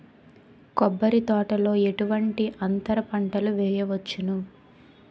కొబ్బరి తోటలో ఎటువంటి అంతర పంటలు వేయవచ్చును?